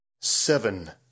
Seven